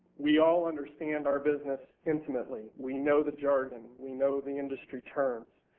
we all understand our business intimately. we know the jargon. we know the industry terms.